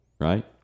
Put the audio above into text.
Right